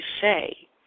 say